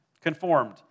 Conformed